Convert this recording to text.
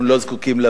סגן השר,